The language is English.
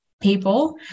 people